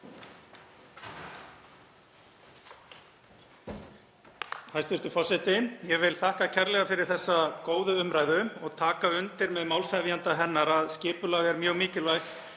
Hæstv. forseti. Ég vil þakka kærlega fyrir þessa góðu umræðu og taka undir með málshefjanda að skipulag er mjög mikilvægt